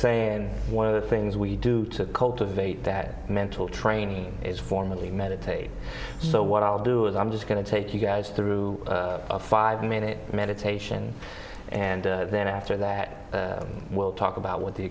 saying one of the things we do to cultivate that mental training is formally meditate so what i'll do is i'm just going to take you guys through a five minute meditation and then after that we'll talk about what the